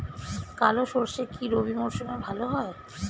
কালো সরষে কি রবি মরশুমে ভালো হয়?